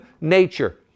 nature